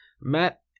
Matt